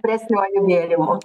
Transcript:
stipresniuoju gėrimu